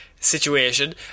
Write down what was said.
Situation